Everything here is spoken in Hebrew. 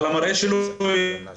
אבל המראה שלו יפה.